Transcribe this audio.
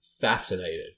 fascinated